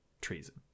treason